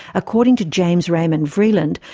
according to james raymond vreeland,